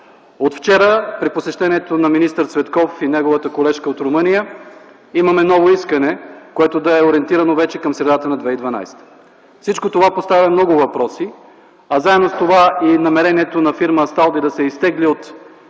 От вчера при посещението на министър Цветков при неговата колежка от Румъния имаме ново искане, което е ориентирано вече към средата на 2012 г. Всичко това поставя много въпроси, а заедно с това и намерението на фирма „Асталди” да се изтегли от